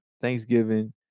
thanksgiving